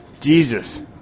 Jesus